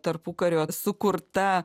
tarpukario sukurta